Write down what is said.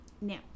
now